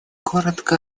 коротко